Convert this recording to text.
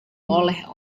oleh